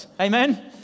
Amen